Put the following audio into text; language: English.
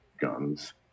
guns